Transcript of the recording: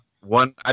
one